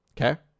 Okay